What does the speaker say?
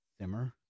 simmer